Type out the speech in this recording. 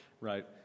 right